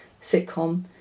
sitcom